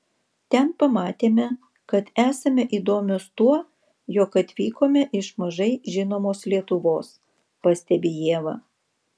ten pamatėme kad esame įdomios tuo jog atvykome iš mažai žinomos lietuvos pastebi ieva